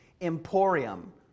emporium